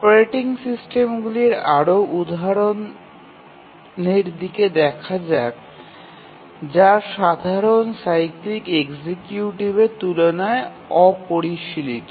operating সিস্টেমগুলির আরও উদাহরণের দিকে দেখা যাক যা সাধারণ সাইক্লিক এক্সিকিউটিভের তুলনায় অপরিশীলিত